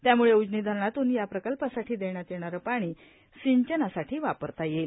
त्याम्ळे उजनी धरणातून या प्रकल्पासाठी देण्यात येणारे पाणी सिंचनासाठी वापरता येईल